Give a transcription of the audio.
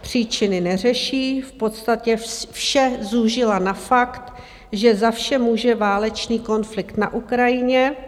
Příčiny neřeší, v podstatě vše zúžila na fakt, že za vše může válečný konflikt na Ukrajině.